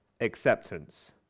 acceptance